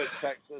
Texas